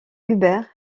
hubert